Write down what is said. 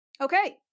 Okay